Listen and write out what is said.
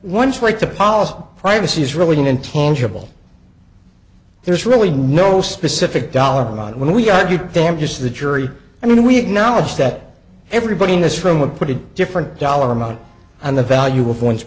once like the policy privacy is really an intangible there's really no specific dollar amount when we argued them just the jury i mean we had knowledge that everybody in this room would put in different dollar amount and the value of one's